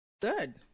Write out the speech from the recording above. Good